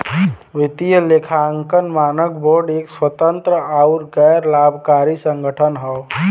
वित्तीय लेखांकन मानक बोर्ड एक स्वतंत्र आउर गैर लाभकारी संगठन हौ